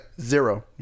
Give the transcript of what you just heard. zero